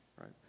right